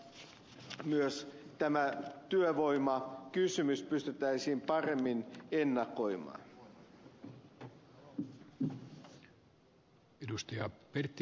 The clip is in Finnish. toivoisin että myös tämä työvoimakysymys pystyttäisiin paremmin ennakoimaan